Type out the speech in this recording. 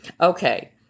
Okay